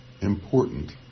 important